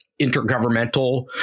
intergovernmental